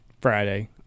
Friday